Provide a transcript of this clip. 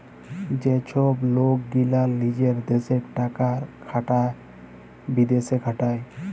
যে ছব লক গীলা লিজের দ্যাশে টাকা লা খাটায় বিদ্যাশে খাটায়